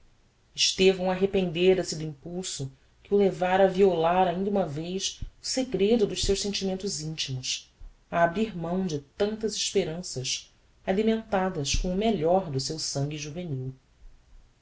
era estevão arrependera se do impulso que o levára a violar ainda uma vez o segredo dos seus sentimentos intimos a abrir mão de tantas esperanças alimentadas com o melhor do seu sangue juvenil